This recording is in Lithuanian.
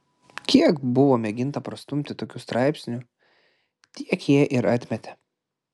kiek buvo mėginta prastumti tokių straipsnių tiek jie ir atmetė